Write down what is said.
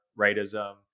rightism